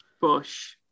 bush